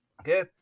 Okay